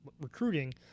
recruiting